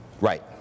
Right